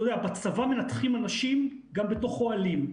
אתה יודע, בצבא מנתחים אנשים גם בתוך אוהלים.